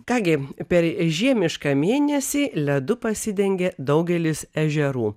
ką gi per žiemišką mėnesį ledu pasidengia daugelis ežerų